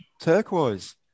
turquoise